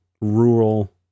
rural